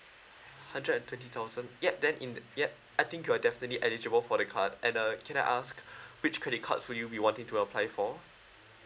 hundred and twenty thousand ya then in that ya I think you're definitely eligible for the card and uh can I ask which credit cards will you be wanting to apply for